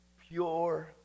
pure